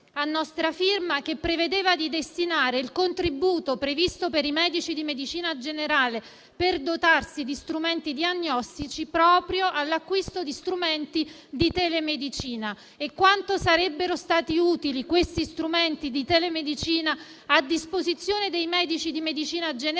a nostra firma, che prevedeva di destinare il contributo previsto per i medici di medicina generale per dotarsi di strumenti diagnostici proprio all'acquisto di strumenti di telemedicina. Quanto sarebbero stati utili questi strumenti di telemedicina a disposizione dei medici di medicina generale